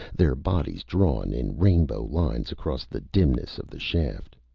their bodies drawn in rainbow lines across the dimness of the shaft.